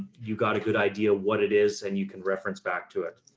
you got a good idea what it is, and you can reference back to it.